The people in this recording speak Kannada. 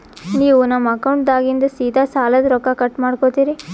ನೀವು ನಮ್ಮ ಅಕೌಂಟದಾಗಿಂದ ಸೀದಾ ಸಾಲದ ರೊಕ್ಕ ಕಟ್ ಮಾಡ್ಕೋತೀರಿ?